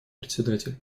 председатель